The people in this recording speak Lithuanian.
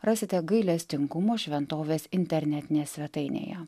rasite gailestingumo šventovės internetinėje svetainėje